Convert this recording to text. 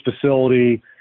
facility